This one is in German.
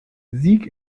sieg